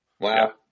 wow